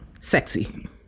sexy